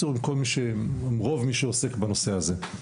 זאת אומרת, רוב מי שעוסק בנושא הזה.